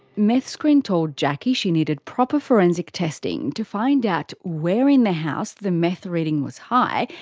meth screen told jacki she needed proper forensic testing to find out where in the house the meth reading was high,